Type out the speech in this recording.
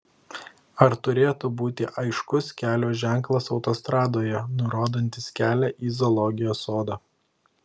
ar turėtų būti aiškus kelio ženklas autostradoje nurodantis kelią į zoologijos sodą